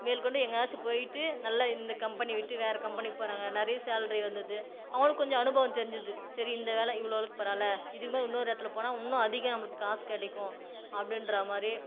மேல் கொண்டு எங்கேயாச்சி போயிட்டு நல்ல இந்த கம்பெனி விட்டு வேறே கம்பெனிக்கு போகிறாங்க நிறைய சேலரி வந்துடுது அவங்களுக்கு கொஞ்சம் அனுபவம் தெரிஞ்சது சரி இந்த வேலை இவ்வளோலுக்கு பரவாயில்ல இதுங்க மாரி இன்னொரு இடத்துல போனால் இன்னும் அதிகம் நம்மளுக்கு காசு கிடைக்கும் அப்படின்றா மாதிரி